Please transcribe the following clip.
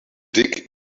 dig